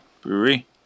Brewery